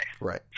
Right